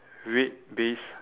red base